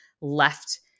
left